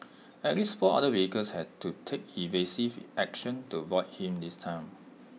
at least four other vehicles had to take evasive action to avoid him this time